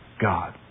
God